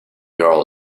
girl